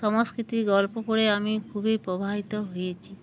সংস্কৃতির গল্প করে আমি খুবই প্রভাবিত হয়েছি